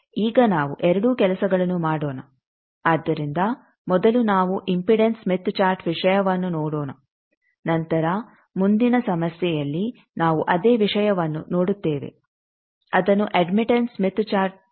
ಈಗ ನಾವು ಎರಡೂ ಕೆಲಸಗಳನ್ನು ಮಾಡೋಣ ಆದ್ದರಿಂದ ಮೊದಲು ನಾವು ಇಂಪೀಡನ್ಸ್ ಸ್ಮಿತ್ ಚಾರ್ಟ್ ವಿಷಯವನ್ನು ನೋಡೋಣ ನಂತರ ಮುಂದಿನ ಸಮಸ್ಯೆಯಲ್ಲಿ ನಾವು ಅದೇ ವಿಷಯವನ್ನು ನೋಡುತ್ತೇವೆ ಅದನ್ನು ಅಡ್ಮಿಟಂಸ್ ಸ್ಮಿತ್ ಚಾರ್ಟ್ನಲ್ಲಿ ನಾವು ಯೋಜಿಸೋಣ